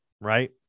right